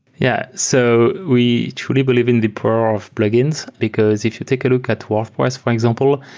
yeah. so we truly believe in the power of plugins, because if you take a look at wordpress, for example,